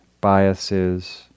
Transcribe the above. biases